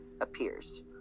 appears